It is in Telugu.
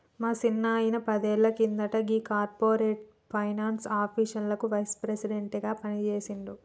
మా సిన్నాయిన పదేళ్ల కింద గీ కార్పొరేట్ ఫైనాన్స్ ఆఫీస్లకి వైస్ ప్రెసిడెంట్ గా పనిజేసిండు